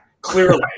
clearly